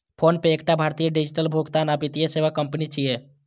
PhonePe एकटा भारतीय digital भुगतान आ वित्तीय सेवा कंपनी छियै